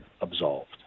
absolved